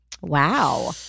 Wow